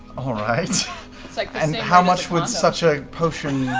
ah right. like but and how much would such a potion